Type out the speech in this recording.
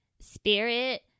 Spirit